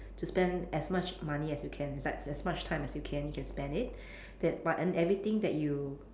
to spend as much money as you can it's like as much time as you can you can spend it then but then everything that you